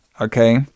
Okay